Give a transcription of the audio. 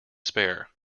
spare